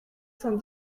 cent